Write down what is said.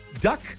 duck